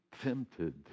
tempted